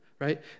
Right